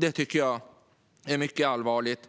Detta tycker jag är mycket allvarligt.